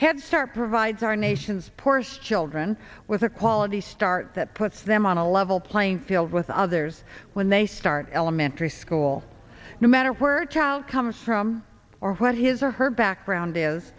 headstart provides our nation's poorest children with a quality start that puts them on a level playing field with others when they start elementary school no matter where child comes from or what his or her background is